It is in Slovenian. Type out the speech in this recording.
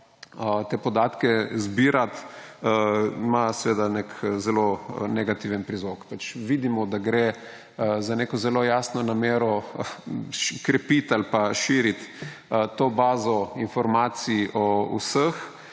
te podatke zbirati, ima nek zelo negativen prizvok. Vidimo, da gre za neko zelo jasno namero krepiti ali pa širiti to bazo informacij o vseh.